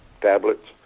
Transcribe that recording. tablets